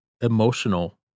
emotional